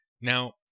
Now